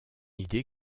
idée